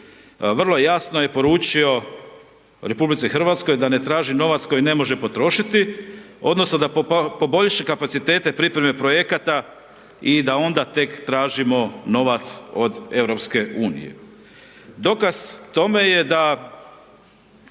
vrlo jasno je poručio RH da ne traži novac koji ne može potrošiti odnosno da poboljša kapacitete pripreme projekata i da onda tek tražimo novac od EU-a. Dokaz tome je da